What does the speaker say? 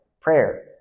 prayer